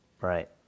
Right